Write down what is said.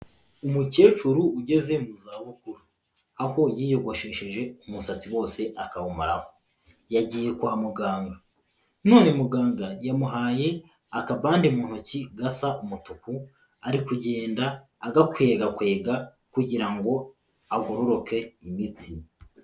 Umukecuru ugeze mu zabukuru, aho yiyogoshesheje umusatsi wose akawumaraho, yagiye kwa muganga, none muganga yamuhaye akabande mu ntoki gasa umutuku, ari kugenda agakwegakwega kugira ngo agororoke imitsi.